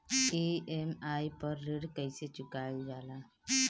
EMI पर ऋण कईसे चुकाईल जाला?